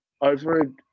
over